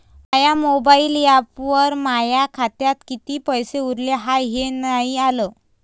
माया mobile ॲपवर माया खात्यात किती पैसे उरले हाय हे नाही आलं